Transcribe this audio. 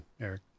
Eric